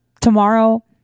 tomorrow